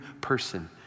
person